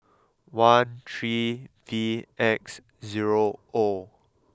one three V X zero oh